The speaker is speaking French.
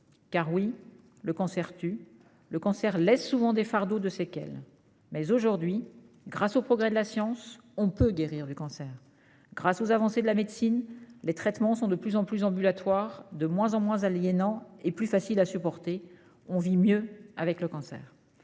Oui, le cancer tue ; le cancer laisse souvent des fardeaux de séquelles. Mais, aujourd'hui, grâce aux progrès de la science, on peut guérir du cancer. Grâce aux avancées de la médecine, les traitements sont de plus en plus ambulatoires, de moins en moins aliénants et plus faciles à supporter : on vit mieux avec le cancer.